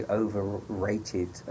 overrated